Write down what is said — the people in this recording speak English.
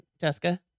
Jessica